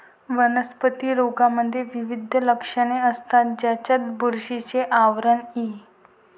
वनस्पती रोगांमध्ये विविध लक्षणे असतात, ज्यात बुरशीचे आवरण इ